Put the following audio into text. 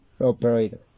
operator